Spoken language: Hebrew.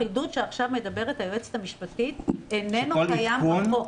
החידוד שעכשיו מדברת עליו היועצת המשפטית איננו קיים בחוק.